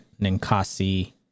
Ninkasi